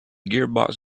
gearbox